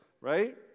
Right